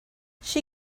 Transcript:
she